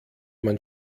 man